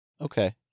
Okay